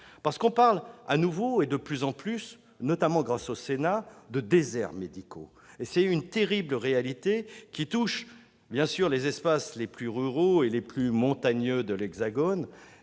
! On parle de nouveau et de plus en plus, notamment grâce au Sénat, de « déserts médicaux ». Il s'agit d'une terrible réalité qui touche bien sûr les espaces les plus ruraux et les plus montagneux de l'Hexagone.